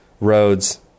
roads